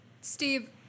Steve